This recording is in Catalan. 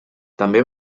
també